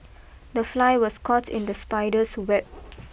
the fly was caught in the spider's web